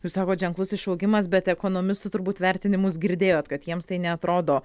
jūs sakot ženklus išaugimas bet ekonomistų turbūt vertinimus girdėjot kad jiems tai neatrodo